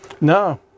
No